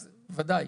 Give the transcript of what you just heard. ודאי.